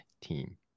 team